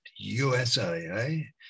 USA